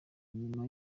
nyuma